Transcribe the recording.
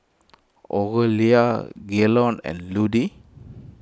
Orelia Gaylon and Ludie